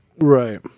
Right